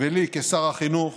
ולי כשר החינוך